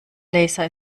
laser